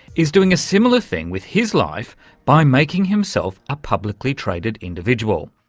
is doing a similar thing with his life by making himself a publicly-traded individual.